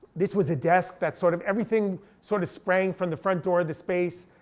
this was a desk, that sort of everything sort of sprang from the front door of the space,